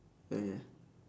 okay